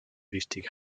wichtig